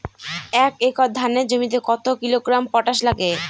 এক একর ধানের জমিতে কত কিলোগ্রাম পটাশ লাগে?